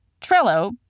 Trello